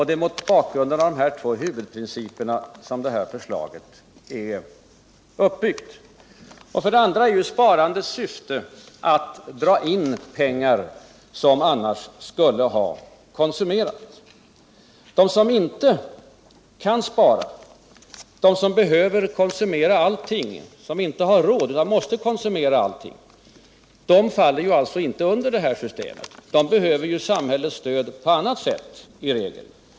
Det är mot bakgrunden av de här två huvudprinciperna förslaget är uppbyggt. För det andra: Sparandets syfte är att dra in pengar som annars skulle ha konsumerats. De som inte kan spara, de som behöver och måste konsumera allting och som inte har råd, faller inte under detta system. De kan ju t o. m. behöva samhällets stöd på annat sätt.